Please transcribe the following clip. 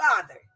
father